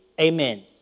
Amen